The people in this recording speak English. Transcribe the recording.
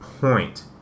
point